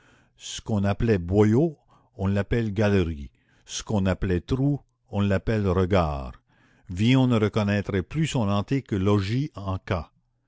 ce qu'on appelait boyau on l'appelle galerie ce qu'on appelait trou on l'appelle regard villon ne reconnaîtrait plus son antique logis en-cas